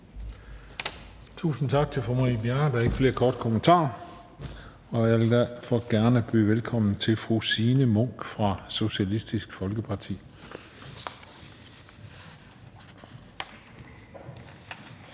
Tusind tak til fru Marie Bjerre. Der er ikke flere korte bemærkninger. Og jeg vil derfor gerne byde velkommen til fru Signe Munk fra Socialistisk Folkeparti.